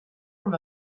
from